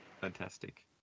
Fantastic